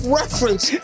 reference